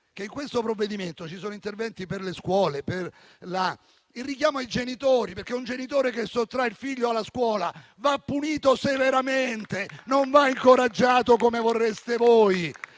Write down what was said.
in questo provvedimento ci sono interventi per le scuole e c'è il richiamo ai genitori, perché un genitore che sottrae il figlio alla scuola va punito severamente, non va incoraggiato come vorreste voi.